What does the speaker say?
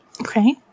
Okay